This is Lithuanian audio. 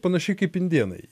panašiai kaip indėnai